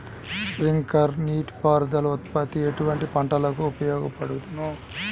Sprinkler నీటిపారుదల పద్దతి ఎటువంటి పంటలకు ఉపయోగపడును?